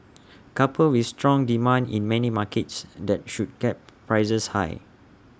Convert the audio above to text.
coupled with strong demand in many markets that should kept prices high